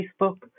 Facebook